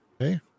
Okay